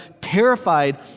terrified